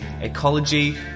ecology